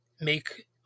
make